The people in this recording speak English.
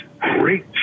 great